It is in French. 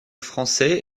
français